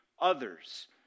others